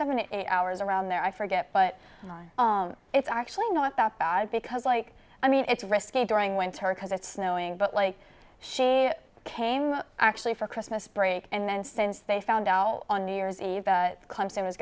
seven eight hours around there i forget but it's actually not that bad because like i mean it's risque during winter because it's snowing but like she came actually for christmas break and then since they found out on new year's eve co